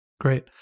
Great